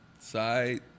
Side